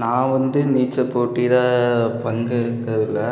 நான் வந்து நீச்சல் போட்டியில் பங்கேற்கவில்லை